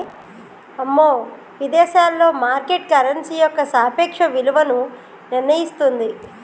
అమ్మో విదేశాలలో market currency యొక్క సాపేక్ష విలువను నిర్ణయిస్తుంది